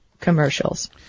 commercials